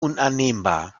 unannehmbar